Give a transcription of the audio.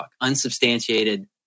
Unsubstantiated